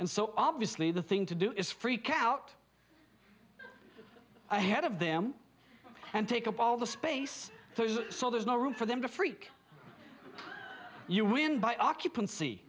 and so obviously the thing to do is freak out ahead of them and take up all the space so there's no room for them to freak you win by occupancy